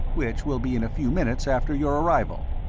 which will be in a few minutes after your arrival.